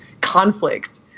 conflict